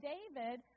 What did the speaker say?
David